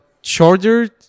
shorter